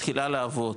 שמתחילה לעבוד,